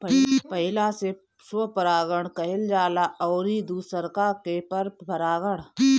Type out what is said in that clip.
पहिला से स्वपरागण कहल जाला अउरी दुसरका के परपरागण